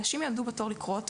אנשים יעמדו בתור לקרוא אותו.